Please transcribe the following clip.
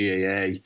GAA